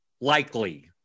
likely